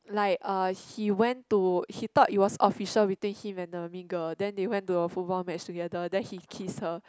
like uh he went to he thought it was official between him and the mean girl then they went to a football match together then he kissed her